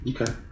Okay